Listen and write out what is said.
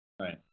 Right